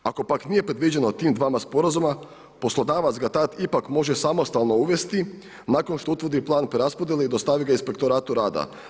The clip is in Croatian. Ako pak nije predviđeno tim dvama sporazuma, poslodavac ga tada ipak može samostalno uvesti nakon što utvrdi plan preraspodjele i dostavi ga inspektoratu rada.